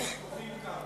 הטובים כאן.